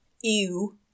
ew